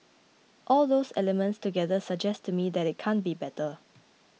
all those elements together suggest to me that it can't be better